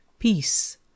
Peace